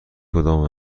کدام